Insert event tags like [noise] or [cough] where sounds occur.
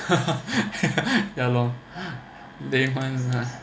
[laughs] ya lor lame [one] lah